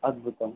అద్భుతం